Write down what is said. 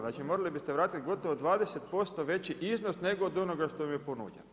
Znači morali biste vratiti gotovo 20% veći iznos nego od onoga što vam je ponuđeno.